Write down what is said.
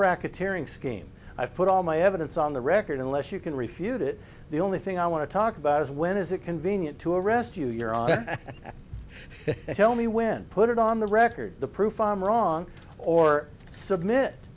racketeering scheme i've put all my evidence on the record unless you can refute it the only thing i want to talk about is when is it convenient to arrest you your own tell me when i put it on the record the proof i'm wrong or submit